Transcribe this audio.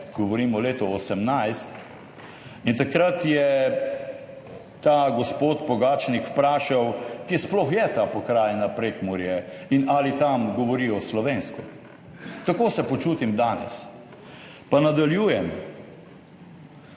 govorimo o letu 1918, in takrat je ta gospod Pogačnik vprašal, kje sploh je ta pokrajina Prekmurje in ali tam govorijo slovensko. Tako se počutim danes. Pa nadaljujem.